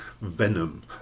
venom